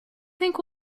think